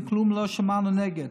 וכלום לא שמענו נגד.